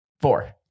Four